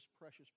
precious